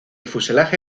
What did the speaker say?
fuselaje